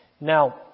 Now